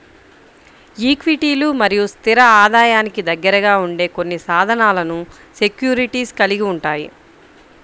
ఈక్విటీలు మరియు స్థిర ఆదాయానికి దగ్గరగా ఉండే కొన్ని సాధనాలను సెక్యూరిటీస్ కలిగి ఉంటాయి